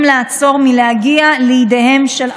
לעצור מלהגיע לידיהם של עבריינים,